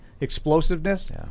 Explosiveness